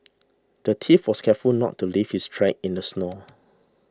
the thief was careful not to leave his tracks in the snow